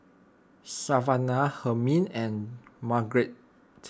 Savanah Hermine and Margarite